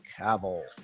Cavill